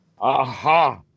Aha